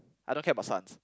I don't care about sons